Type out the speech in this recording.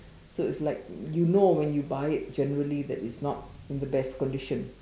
so it's like you know when you buy it generally that it's not in the best condition